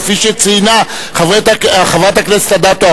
כפי שציינה חברת הכנסת אדטו.